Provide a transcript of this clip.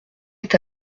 est